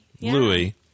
Louis